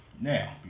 Now